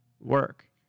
work